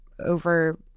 over